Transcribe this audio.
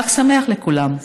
חג שמח לכולם,